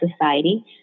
society